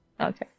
Okay